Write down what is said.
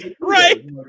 right